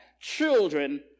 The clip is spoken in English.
children